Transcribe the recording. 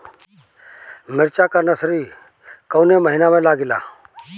मिरचा का नर्सरी कौने महीना में लागिला?